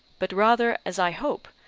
but rather, as i hope,